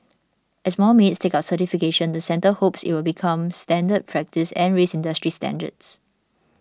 as more maids take up certification the centre hopes it will become standard practice and raise industry standards